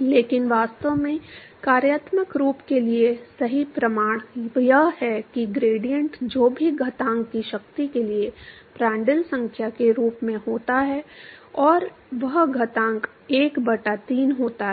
लेकिन वास्तव में कार्यात्मक रूप के लिए सही प्रमाण यह है कि ग्रेडिएंट जो भी घातांक की शक्ति के लिए प्रांड्टल संख्या के रूप में होता है और वह घातांक 1 बटा 3 होता है